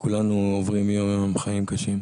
כולנו עוברים יום יום חיים קשים.